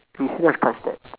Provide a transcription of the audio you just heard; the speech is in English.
you shouldn't have touched that